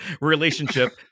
relationship